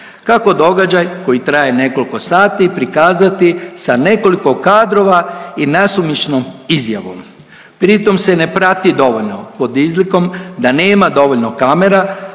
Kako događaj koji traje nekoliko sati prikazati sa nekoliko kadrova i nasumičnom izjavom, pri tom se ne prati dovoljno pod izlikom da nema dovoljno kamera,